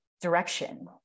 direction